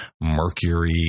mercury